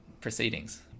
proceedings